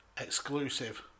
exclusive